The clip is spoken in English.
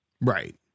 Right